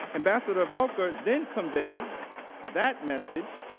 ambassador volker then conveyed that message